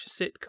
sitcom